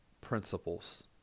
principles